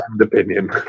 opinion